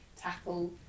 tackle